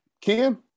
Kim